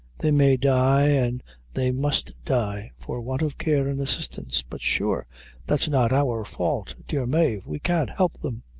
they may die an' they must die, for want of care and assistance. but sure that's not our fault, dear mave we can't help them.